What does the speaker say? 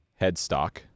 headstock